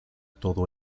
todo